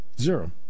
Zero